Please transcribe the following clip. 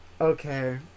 Okay